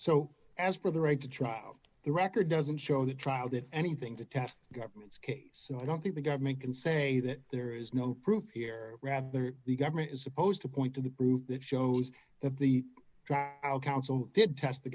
so as for the right to trial the record doesn't show the trial did anything to test the government's case so i don't think the government can say that there is no proof here rather the government is supposed to point to the proof that shows of the council did test the